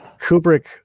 Kubrick